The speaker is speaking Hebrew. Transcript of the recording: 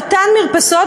אותן מרפסות,